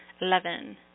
Eleven